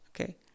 okay